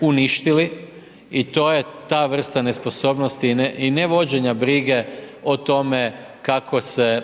uništili i to je ta vrsta nesposobnosti i ne vođenja brige o tome kako se